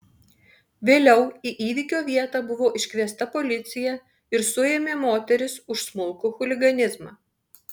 vėliau į įvykio vietą buvo iškviesta policija ir suėmė moteris už smulkų chuliganizmą